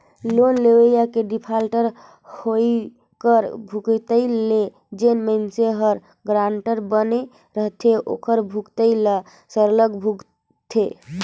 loan लेवइया के defaulter होवई कर भुगतई ल जेन मइनसे हर गारंटर बने रहथे ओहर भुगतई ल सरलग भुगतथे